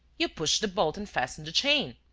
you pushed the bolt and fastened the chain!